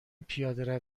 پیاده